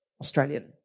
Australian